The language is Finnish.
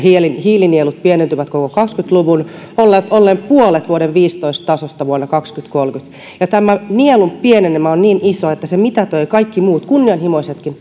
hiilinielut pienentyvät koko kaksikymmentä luvun ollen ollen puolet vuoden viisitoista tasosta vuonna kaksituhattakolmekymmentä ja tämä nielun pienenemä on niin iso että se mitätöi kaikki muut kunnianhimoisetkin